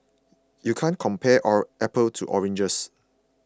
you can't compare our apples to oranges